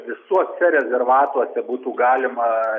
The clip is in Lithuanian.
visuose rezervatuose būtų galima